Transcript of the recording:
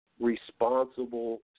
responsible